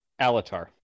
Alatar